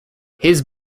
his